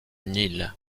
nil